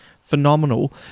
phenomenal